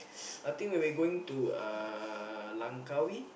I think when we going to uh Langkawi